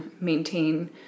maintain